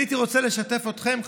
אני הייתי רוצה לשתף אתכם,